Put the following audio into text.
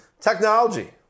Technology